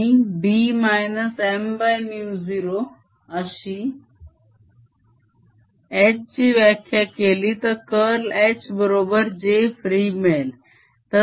आणि B -M μ0 अशी H ची व्याख्या केली तर curl H बरोबर j free मिळेल